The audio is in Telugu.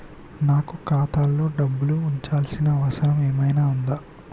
నాకు ఖాతాలో డబ్బులు ఉంచాల్సిన అవసరం ఏమన్నా ఉందా?